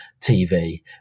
TV